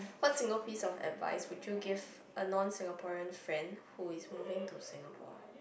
what single piece of advice would you give a non Singaporean friend who is moving to Singapore